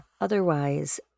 otherwise